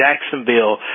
Jacksonville